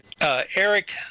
Eric